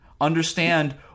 Understand